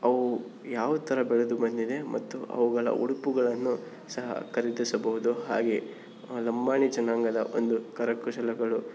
ಅವು ಯಾವ ಥರ ಬೆಳೆದು ಬಂದಿದೆ ಮತ್ತು ಅವುಗಳ ಉಡುಪುಗಳನ್ನು ಸಹ ಖರೀದಿಸಬಹುದು ಹಾಗೆ ಲಂಬಾಣಿ ಜನಾಂಗದ ಒಂದು ಕರಕುಶಲಗಳು